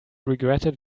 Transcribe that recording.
regretted